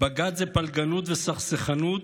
בג"ץ זה פלגנות וסכסכנות,